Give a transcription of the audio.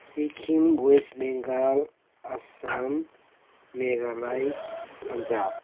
Sikkim west Bengal Assam Meghalaya Punjab